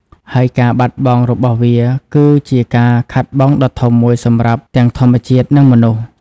ហើយការបាត់បង់របស់វាគឺជាការខាតបង់ដ៏ធំមួយសម្រាប់ទាំងធម្មជាតិ និងមនុស្ស។